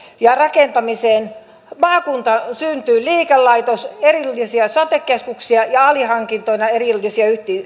ja rakentamiseen maakuntaan syntyy liikelaitos erillisiä sote keskuksia ja alihankintoina erillisiä